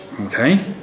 okay